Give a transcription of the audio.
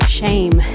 shame